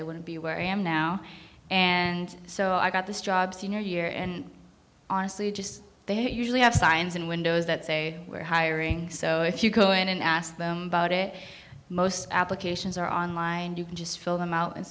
i wouldn't be where i am now and so i got this job senior year and honestly just they usually have signs in windows that say we're hiring so if you go in and ask them about it most applications are online you can just fill them out and